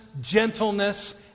gentleness